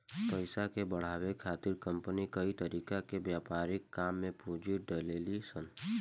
पइसा के बढ़ावे खातिर कंपनी कई तरीका के व्यापारिक काम में पूंजी डलेली सन